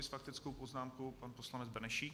S faktickou poznámkou pan poslanec Benešík.